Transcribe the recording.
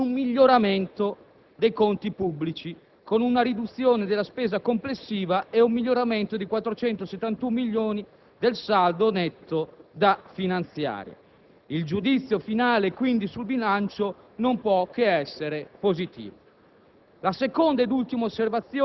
Dopo tre interventi sul bilancio di previsione dello Stato non ho molto da aggiungere a quanto già detto e registrato. Sui contenuti del disegno di legge n. 1818-B mi limito a sottolineare, ancora una volta, come le modifiche apportate dalla Camera